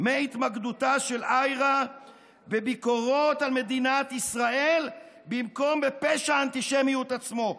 מהתמקדותה של IHRA בביקורות על מדינת ישראל במקום בפשע האנטישמיות עצמו.